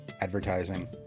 advertising